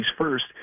first